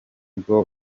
bwo